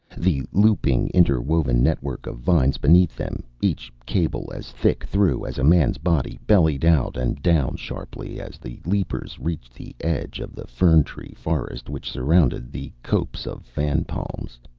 the looping, interwoven network of vines beneath them, each cable as thick through as a man's body, bellied out and down sharply as the leapers reached the edge of the fern-tree forest which surrounded the copse of fan-palms.